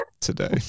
today